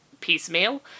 piecemeal